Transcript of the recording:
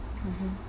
mmhmm